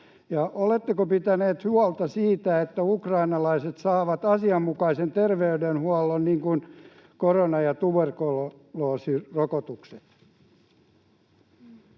oletteko pitäneet huolta siitä, että ukrainalaiset saavat asianmukaisen terveydenhuollon, niin kuin korona- ja tuberkuloosirokotukset?